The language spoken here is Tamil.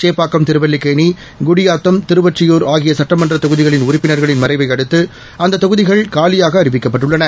சேப்பாக்கம் திருவல்லிக்கேணி குடியாத்தம் திருவொற்றியூர் ஆகிய சட்டமன்ற தொகுதிகளின் உறுப்பினர்களின் மறைவை அடுத்து அந்த தொகுதிகள் காலியாக அறிவிக்கப்பட்டுள்ளன